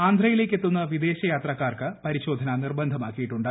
ആന്ധ്രയിലേക്ക് എത്തുന്ന വിദേശ യാത്രക്കാർക്ക് പരിശോധന നിർബന്ധമാക്കിയിട്ടുണ്ട്